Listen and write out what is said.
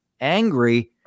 angry